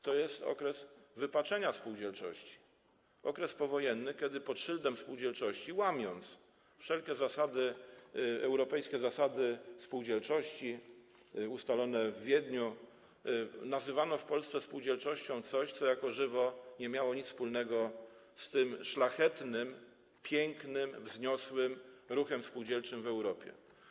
To jest okres wypaczenia spółdzielczości, okres powojenny, kiedy pod szyldem spółdzielczości, łamiąc wszelkie zasady, europejskie zasady spółdzielczości ustalone w Wiedniu, nazywano w Polsce spółdzielczością coś, co jako żywo nie miało nic wspólnego z tym szlachetnym, pięknym, wzniosłym ruchem spółdzielczym w Europie.